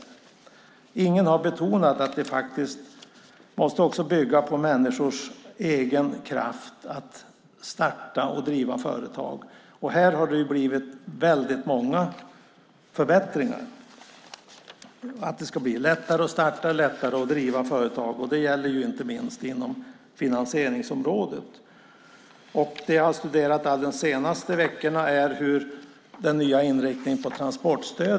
Men ingen har betonat att det faktiskt också måste bygga på människors egen kraft att starta och driva företag. Här har det blivit väldigt många förbättringar. Det ska bli lättare att starta och driva företag. Det gäller inte minst inom finansieringsområdet. Det jag har studerat de senaste veckorna är den nya inriktningen på transportstödet.